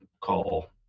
call